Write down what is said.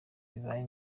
bibaye